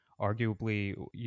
arguably